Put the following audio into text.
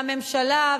והממשלה,